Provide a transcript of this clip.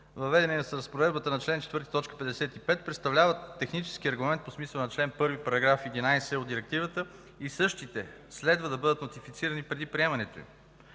въведени с Разпоредбата на чл. 4, т. 55, представляват технически регламент по смисъла на чл. 1, § 11 от Директивата. Същите следва да бъдат нотифицирани преди приемането им.